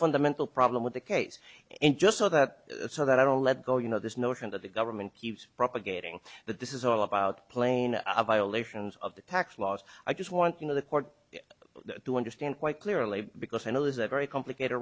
fundamental problem with the case and just so that so that i don't let go you know this notion that the government gives propagating that this is all about plain violations of the tax laws i just want you know the court to understand quite clearly because analysts that very complicated